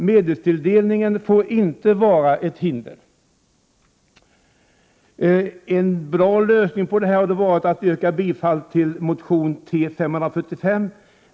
Medelstilldelningen får inte vara ett hinder. En bra lösning på detta hade varit att yrka bifall till motion T545.